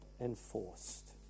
enforced